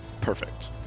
Perfect